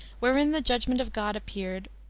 wherein the judgment of god appeared,